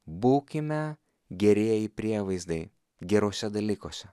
būkime gerieji prievaizdai geruose dalykuose